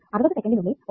60 സെക്കന്റിനുള്ളിൽ 1